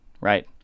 right